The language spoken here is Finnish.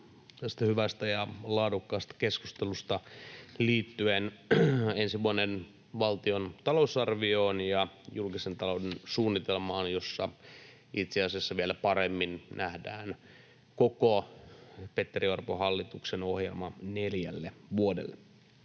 tästä hyvästä ja laadukkaasta keskustelusta liittyen valtion ensi vuoden talousarvioon ja julkisen talouden suunnitelmaan, jossa itse asiassa vielä paremmin nähdään Petteri Orpon hallituksen koko ohjelma neljälle vuodelle.